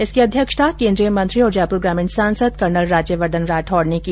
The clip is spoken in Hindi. जिसकी अध्यक्षता केन्द्रीय मंत्री और जयपुर ग्रामीण सांसद कर्नल राज्यवर्धन राठौड़ ने की